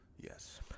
Yes